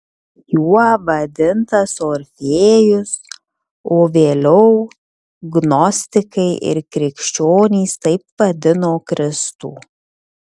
juo vadintas orfėjus o vėliau gnostikai ir krikščionys taip vadino kristų